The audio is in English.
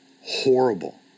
horrible